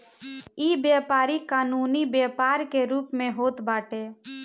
इ व्यापारी कानूनी व्यापार के रूप में होत बाटे